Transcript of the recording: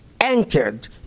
anchored